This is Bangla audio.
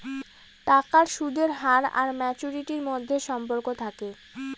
টাকার সুদের হার আর ম্যাচুরিটির মধ্যে সম্পর্ক থাকে